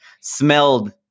smelled